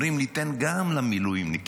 אומרים: ניתן גם למילואימניקים.